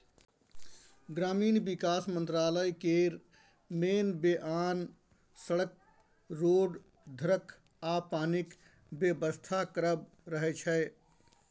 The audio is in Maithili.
ग्रामीण बिकास मंत्रालय केर मेन धेआन सड़क, रोड, घरक आ पानिक बेबस्था करब रहय छै